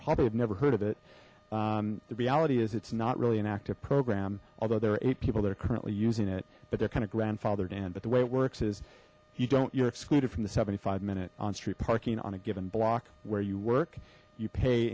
probably have never heard of it the reality is it's not really an active program although there are eight people there currently using it that they're kind of grandfathered in but the way it works is you don't you're excluded from the seventy five minute on street parking on a given block where you work you pay